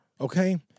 Okay